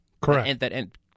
Correct